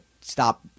stop